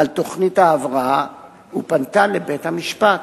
על תוכנית ההבראה ופנתה לבית-המשפט.